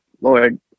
lord